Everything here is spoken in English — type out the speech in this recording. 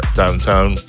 downtown